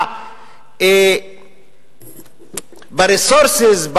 ב-resources,